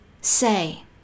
say